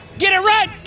get it rhett,